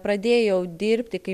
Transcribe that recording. pradėjau dirbti kaip